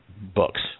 books